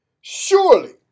Surely